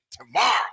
tomorrow